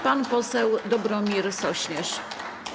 Pan poseł Dobromir Sośnierz.